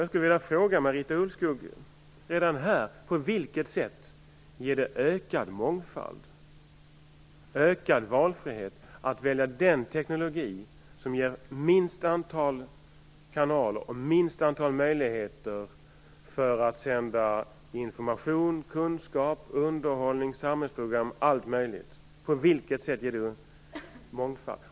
Jag skulle vilja fråga Marita Ulvskog redan här på vilket sätt det ger ökad mångfald och ökad valfrihet att välja den teknik som ger minst antal kanaler och minst antal möjligheter för att sända t.ex. information, kunskap, underhållning och samhällsprogram. På vilket sätt ger det mångfald?